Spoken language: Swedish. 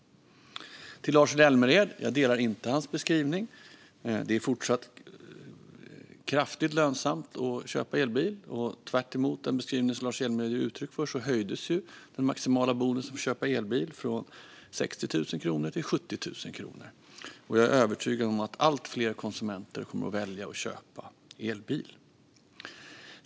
Jag delar inte Lars Hjälmereds beskrivning. Det är även fortsättningsvis kraftigt lönsamt att köpa elbil. Tvärtemot den beskrivning som Lars Hjälmered ger uttryck för höjdes den maximala bonusen vid köp av elbil från 60 000 kronor till 70 000 kronor. Jag är övertygad om att allt fler konsumenter kommer att välja att köpa elbil.